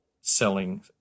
selling